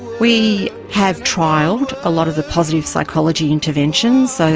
we have trialled a lot of the positive psychology interventions. so,